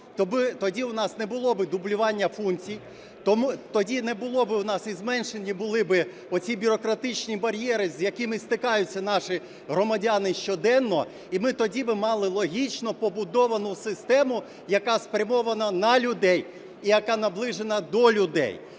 Тоді би у нас не було дублювання функцій. Тоді не було б у нас і зменшені були оці бюрократичні бар'єри, з якими стикаються наші громадяни щоденно. І ми тоді би мали логічно побудовану систему, яка спрямована на людей і яка наближена до людей.